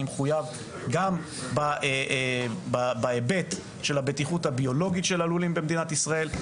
גם בהיבט של הבטיחות הביולוגית של הלולים במדינת ישראל,